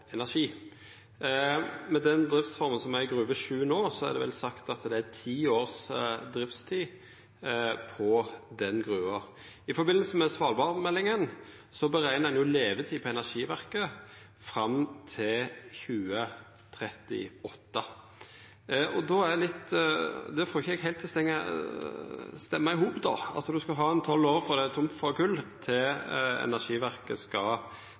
energi. Med den driftsforma som er i Gruve 7 no, er det vel sagt at det er ti års driftstid på den gruva. I samband med svalbardmeldinga berekna ein levetid på energiverket fram til 2038. Då får eg det ikkje til å gå heilt i hop at ein skulle ha tolv år frå det er tomt for kull til energiverket skal